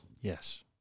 Yes